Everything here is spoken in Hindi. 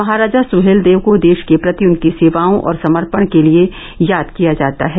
महाराजा सुहेलदेव को देश के प्रति उनकी सेवाओं और समर्पण के लिए याद किया जाता है